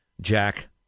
Jack